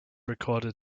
recorded